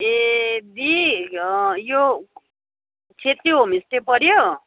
ए दी यो छेत्री होमस्टे पऱ्यो